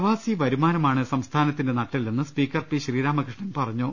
പ്രവാസി വരുമാനമാണ് സംസ്ഥാനത്തിന്റെ നട്ടെല്ലെന്ന് സ ്പീക്കർ പി ശ്രീരാമകൃഷ്ണൻ പറഞ്ഞു